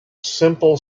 simple